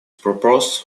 purpose